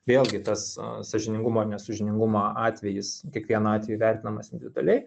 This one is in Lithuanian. vėlgi tas sąžiningumo ar nesąžiningumo atvejis kiekvienu atveju įvertinamas individualiai